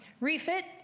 ReFit